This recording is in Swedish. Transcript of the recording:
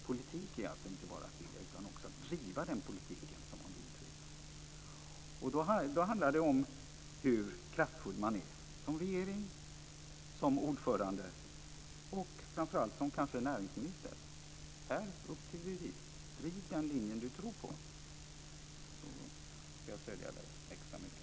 Politik är alltså inte bara att vilja utan också att driva den politik som man vill driva. Då handlar det om hur kraftfull man är som regering, som ordförande och kanske framför allt som näringsminister. Upp till bevis! Om näringsministern driver den linje som han tror på ska jag stödja honom extra mycket.